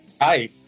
hi